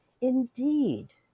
Indeed